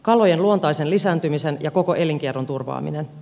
kalojen luontaisen lisääntymisen ja koko elinkierron turvaaminen